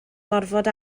gorfod